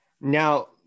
Now